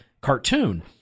cartoon